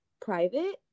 private